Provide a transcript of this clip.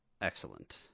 Excellent